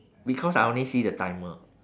because I only see the timer